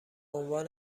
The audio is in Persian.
عنوان